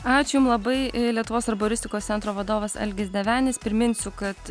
ačiū jum labai lietuvos arbaristikos centro vadovas algis devenis priminsiu kad